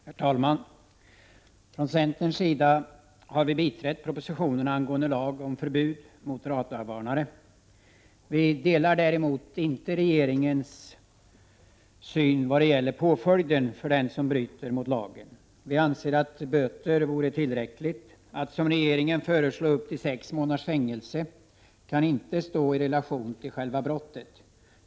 Herr talman! Från centerns sida har vi biträtt propositionen angående lag om förbud mot radarvarnare. Vi delar däremot inte regeringens syn vad gäller påföljden för den som bryter mot lagen. Vi anser att böter vore tillräckligt. Det som regeringen föreslår, upp till sex månaders fängelse, kan inte stå i relation till själva brottet.